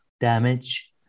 damage